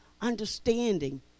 understanding